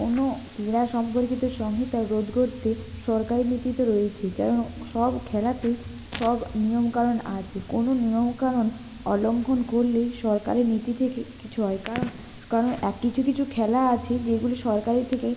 কোনো ক্রীড়া সম্পর্কিত সংহিতা রোধ করতে সরকারি নীতি তো রয়েছেই কারণ সব খেলাতেই সব নিয়মকানুন আছে কোনো নিয়মকানুন অলঙ্ঘন করলেই সরকারের নীতি থেকে কিছু হয় কারণ কারণ এক কিছু কিছু খেলা আছে যেগুলি সরকারের থেকেই